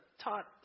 taught